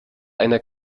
einer